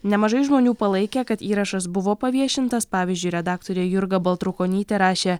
nemažai žmonių palaikė kad įrašas buvo paviešintas pavyzdžiui redaktorė jurga baltrukonytė rašė